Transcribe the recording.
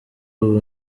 ubu